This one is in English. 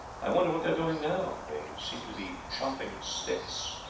i wonder what they are doing now? they seem to be chopping sticks.